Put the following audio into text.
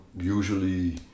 usually